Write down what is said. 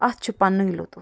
اتھ چھُ پنُنے لُطُف